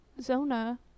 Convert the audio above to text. Zona